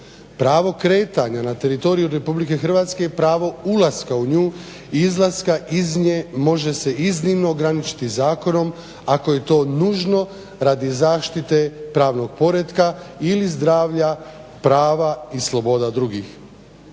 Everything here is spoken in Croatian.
Pravo kretanja na teritoriju RH, pravo ulaska u nju, izlaska iz nje može se iznimno ograničiti zakonom ako je to nužno radi zaštite pravnog poretka ili zdravlja prava i sloboda drugih".